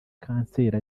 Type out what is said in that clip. kanseri